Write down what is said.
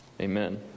Amen